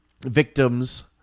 Victims